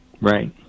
Right